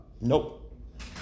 Nope